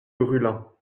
brûlants